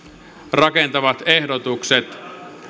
rakentavat ehdotukset